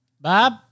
Bob